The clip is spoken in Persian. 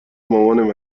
مامانه